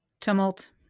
Tumult